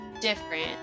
different